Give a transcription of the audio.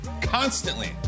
constantly